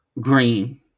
green